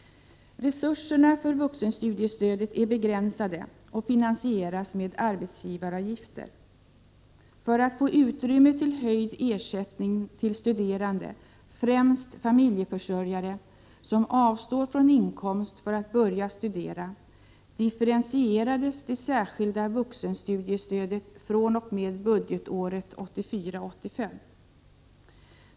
Resurserna för vuxenstudiestödet är begränsade och finansieras med arbetsgivaravgifter. För att få utrymme för höjd ersättning till studerande — främst familjeförsörjare — som avstår från inkomst för att börja studera, differentierades det särskilda vuxenstudiestödet fr.o.m. budgetåret 1984/85.